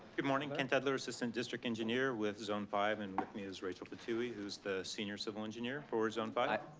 good morning, ken tedler, assistant district engineer, with zone five, and with me is rachel patui, who's the senior civil engineer for zone five. hi,